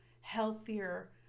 healthier